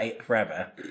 forever